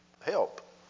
help